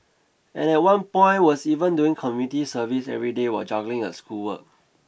and at one point was even doing community service every day while juggling her schoolwork